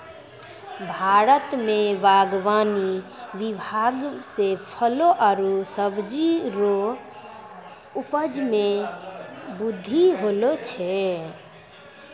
भारत मे बागवानी विभाग से फलो आरु सब्जी रो उपज मे बृद्धि होलो छै